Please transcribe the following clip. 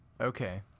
okay